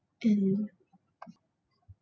and